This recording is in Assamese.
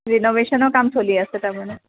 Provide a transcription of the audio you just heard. ৰিন'ভেশ্যনৰ কাম চলি আছে তাৰমানে